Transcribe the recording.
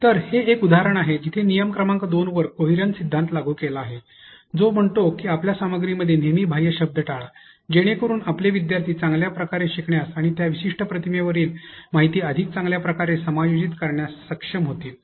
तर हे एक उदाहरण आहे जेथे नियम क्रमांक दोन वर कोहिरन्स सिद्धांत लागू केला गेला आहे जो म्हणतो की आपल्या सामग्रीमध्ये नेहमी बाह्य शब्द टाळा जेणेकरून आपले विद्यार्थी चांगल्या प्रकारे शिकण्यास आणि त्या विशिष्ट प्रतिमेवरील माहिती अधिक चांगल्या प्रकारे समायोजित करण्यात सक्षम होऊ शकतात